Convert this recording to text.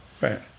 Right